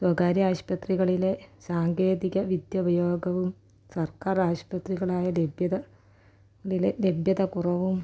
സ്വകാര്യ ആശുപത്രികളിലെ സാങ്കേതിക വിദ്യ ഉപയോഗവും സർക്കാർ ആശുപത്രികളായ ലഭ്യത നില ലഭ്യത കുറവും